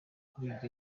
aburirwa